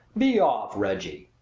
be off, reggie!